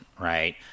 right